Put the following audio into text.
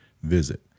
visit